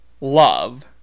Love